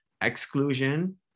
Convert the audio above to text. exclusion